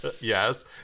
Yes